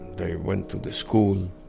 they went to the school.